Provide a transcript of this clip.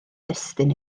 destun